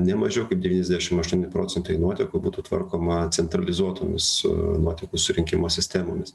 ne mažiau kaip devyniasdešim aštuoni procentai nuotekų būtų tvarkoma centralizuotomis nuotekų surinkimo sistemomis